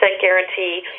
guarantee